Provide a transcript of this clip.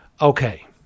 okay